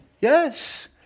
Yes